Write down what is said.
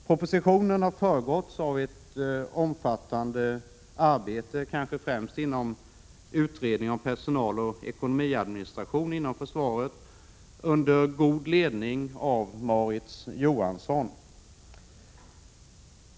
Propositio nen har föregåtts av ett omfattande arbete, kanske främst inom utredningen om personaloch ekonomiadministration inom försvaret, under god ledning av Mauritz Johansson.